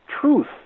truth